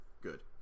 Good